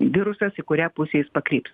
virusas į kurią pusę jis pakryps